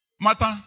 Matter